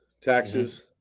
taxes